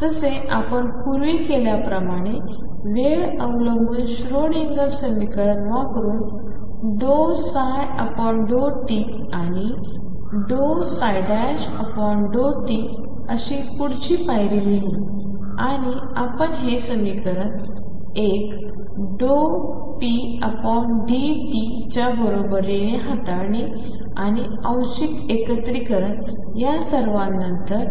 जसे आपण पूर्वी केल्याप्रमाणे वेळ अवलंबून श्रोडिंगर समीकरण वापरून∂ψ∂t and ∂ψ∂t अशी पुढची पायरी लिहू आणि आपण हे समीकरण एक ddt⟨p⟩ च्या बरोबरीने हाताळणी आणि आंशिक एकत्रीकरण या सर्वांनंतर